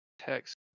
Text